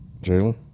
Jalen